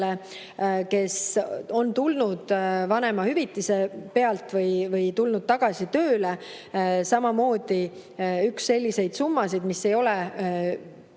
kes on tulnud vanemahüvitise pealt või tulnud tagasi tööle, on samamoodi üks selliseid summasid, mis ei ole